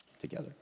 together